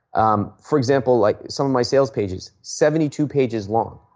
um for example, like some of my sales pages, seventy two pages long.